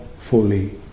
fully